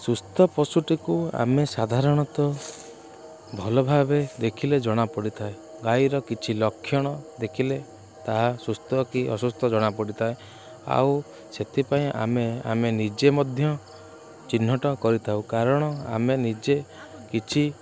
ସୁସ୍ଥ ପଶୁଟିକୁ ଆମେ ସାଧାରଣତଃ ଭଲ ଭାବରେ ଦେଖିଲେ ଜଣ ପଡ଼ିଥାଏ ଗାଈର କିଛି ଲକ୍ଷଣ ଦେଖିଲେ ତାହା ସୁସ୍ଥ କି ଅସୁସ୍ଥ ଜଣା ପଡ଼ିଥାଏ ଆଉ ସେଥିପାଇଁ ଆମେ ଆମେ ନିଜେ ମଧ୍ୟ ଚିହ୍ନଟ କରିଥାଉ କାରଣ ଆମେ ନିଜେ କିଛି